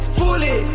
fully